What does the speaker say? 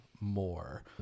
more